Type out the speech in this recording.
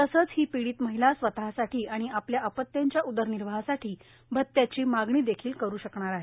तसंच ही पीडित महिला स्वतःसाठी आणि आपल्या अपत्यांच्या उदरनिर्वाहासाठी भत्याची मागणी करू षकणार आहे